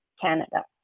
Canada